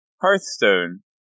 Hearthstone